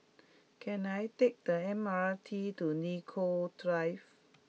can I take the M R T to Nicoll Drive